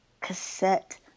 cassette